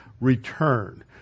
return